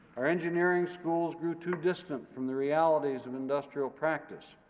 our engineering schools grew too distant from the realities of industrial practice.